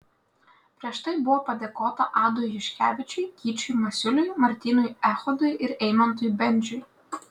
prieš tai buvo padėkota adui juškevičiui gyčiui masiuliui martynui echodui ir eimantui bendžiui